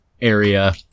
area